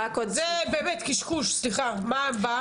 זה באמת קשקוש, סליחה, מה הבא?